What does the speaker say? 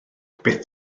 byth